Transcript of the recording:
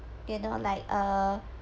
you know like uh